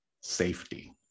safety